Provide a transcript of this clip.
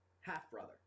half-brother